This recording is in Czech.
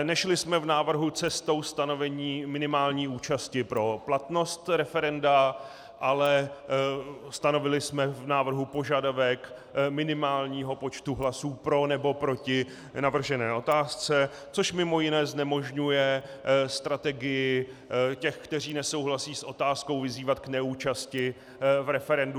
Nešli jsme v návrhu cestou stanovení minimální účasti pro platnost referenda, ale stanovili jsme v návrhu požadavek minimálního počtu hlasů pro nebo proti navržené otázce, což mimo jiné znemožňuje strategii těch, kteří nesouhlasí s otázkou, vyzývat k neúčasti v referendu.